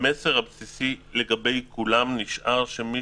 המסר הבסיסי לגבי כולם עומד בעינו: מי